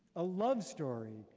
a love story,